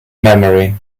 memory